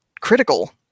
critical